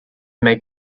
make